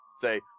Say